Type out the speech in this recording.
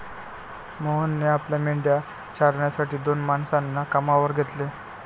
मोहनने आपल्या मेंढ्या चारण्यासाठी दोन माणसांना कामावर घेतले